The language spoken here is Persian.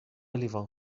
لیوان